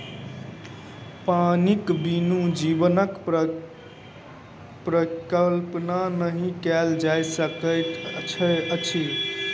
पानिक बिनु जीवनक परिकल्पना नहि कयल जा सकैत अछि